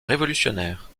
révolutionnaire